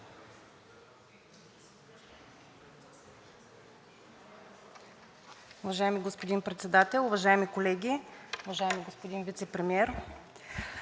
Уважаеми господин Председател, уважаеми колеги, уважаеми господин Вицепремиер!